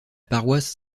paroisse